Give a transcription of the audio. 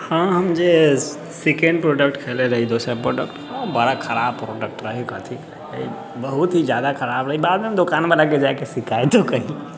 हाँ हम जे सेकेण्ड प्रोडक्ट खरीदने रही दोसर प्रोडक्ट ओ बड़ा खराब प्रोडक्ट रहै कथी कही बहुत ही ज्यादा खराब रहै आओर बादमे हम जाकऽ दोकानवलाके शिकायतो केलिए